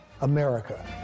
America